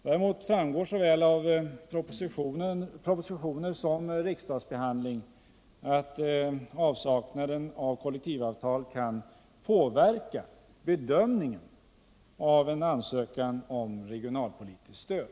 Däremot framgår av såväl propositionerna som riksdagsbehandlingen att avsaknaden av kollektivavtal kan påverka bedömningen av en ansökan om regionalpolitiskt stöd.